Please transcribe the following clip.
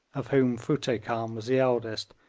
of whom futteh khan was the eldest,